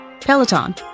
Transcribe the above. Peloton